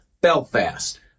belfast